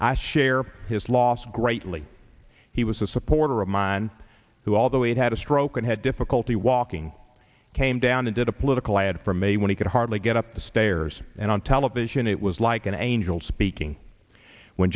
i share his loss greatly he was a supporter of mine who although it had a stroke and had difficulty walking came down and did a political ad for me when he could hardly get up the stairs and on television it was like an angel speaking when